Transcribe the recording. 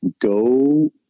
go